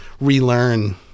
relearn